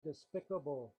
despicable